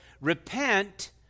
repent